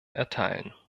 erteilen